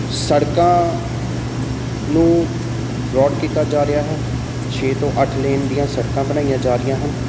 ਸੜਕਾਂ ਨੂੰ ਬਰੋਡ ਕੀਤਾ ਜਾ ਰਿਹਾ ਹੈ ਛੇ ਤੋਂ ਅੱਠ ਲੇਨ ਦੀਆਂ ਸੜਕਾਂ ਬਣਾਈਆਂ ਜਾ ਰਹੀਆਂ ਹਨ